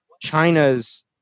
China's